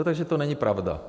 Takže to není pravda.